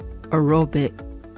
aerobic